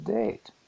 date